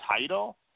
title